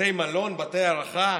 בתי מלון, בתי הארחה,